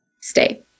Stay